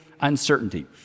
uncertainty